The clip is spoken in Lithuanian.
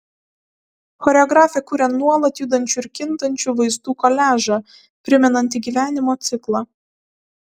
choreografė kuria nuolat judančių ir kintančių vaizdų koliažą primenantį gyvenimo ciklą